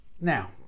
Now